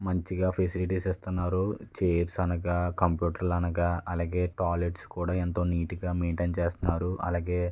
మంచిగా ఫెసిలిటీస్ ఇస్తున్నారు చైర్స్ అనగా కంప్యూటర్లు అనగా అలాగే టాయిలెట్స్ కూడా ఎంతో నీటుగా మెయింటైన్ చేస్తున్నారు అలాగే